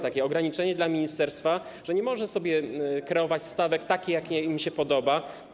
To ograniczenie dla ministerstwa, że nie może sobie kreować stawek takich, jakie mu się podoba.